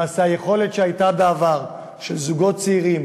למעשה היכולת שהייתה בעבר של זוגות צעירים